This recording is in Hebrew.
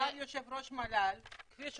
גם את הנתונים לגבי הנכנסים